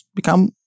become